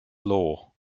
law